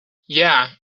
yeah